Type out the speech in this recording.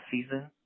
season